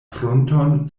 frunton